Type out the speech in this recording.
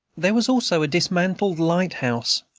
there was also a dismantled lighthouse,